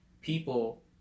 people